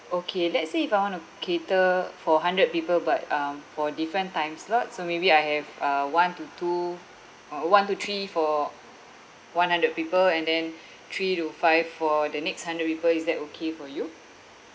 okay let's say if I want to cater for hundred people but um for different time slots so maybe I have uh one to two uh uh one to three for one hundred people and then three to five for the next hundred people is that okay for you